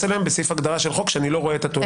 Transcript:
אליהן בסעיף הגדרה של חוק שאני לא רואה את התועלת בו.